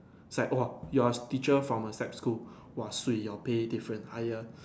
is like !wah! you're a teacher from a SAP school !wah! swee your pay different higher